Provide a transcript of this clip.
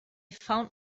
found